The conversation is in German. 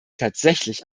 tatsächlich